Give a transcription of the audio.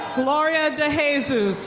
gloria de jesus.